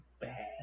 bad